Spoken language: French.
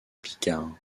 picard